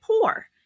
poor